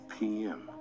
PM